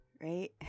right